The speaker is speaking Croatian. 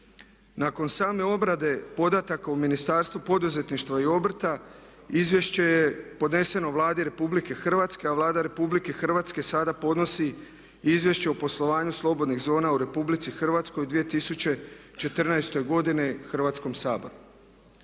Nakon same obrade podataka u Ministarstvu poduzetništva i obrta izvješće je podneseno Vladi RH, a Vlada RH sada podnosi Izvješće o poslovanju slobodnih zona u RH u 2014. godini Hrvatskom saboru.